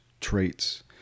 traits